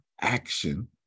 action